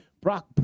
Brock